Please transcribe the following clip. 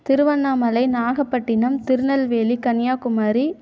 Tiruvannamalai Nagapattinam Tirunelveli Kanyakumari